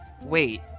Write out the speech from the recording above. wait